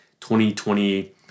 2020